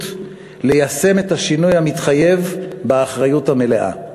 ליישם את השינוי המתחייב באחריות המלאה,